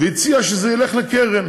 והציע שזה ילך לקרן